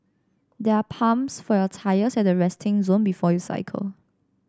there are pumps for your tyres at the resting zone before you cycle